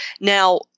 Now